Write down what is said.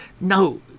No